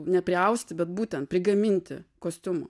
ne priausti bet būtent prigaminti kostiumų